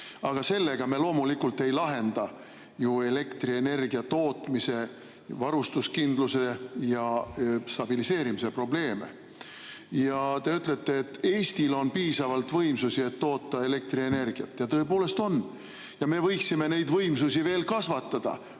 Aga sellega me loomulikult ei lahenda elektrienergia tootmise, varustuskindluse ja stabiliseerimise probleeme. Te ütlete, et Eestil on piisavalt võimsusi, et toota elektrienergiat. Tõepoolest on, ja me võiksime neid võimsusi veel kasvatada,